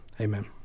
Amen